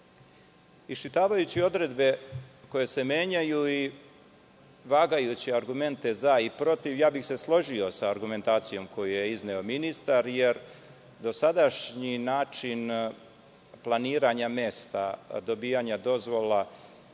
iščitavajući odredbe koje se menjaju i vagajući argumente za i protiv, složio bih se sa argumentacijom koju je izneo ministar, jer dosadašnji način planiranja mesta dobijanja dozvola